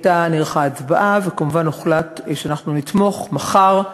נערכה הצבעה, וכמובן הוחלט שאנחנו נתמוך מחר,